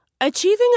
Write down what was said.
Achieving